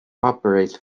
operates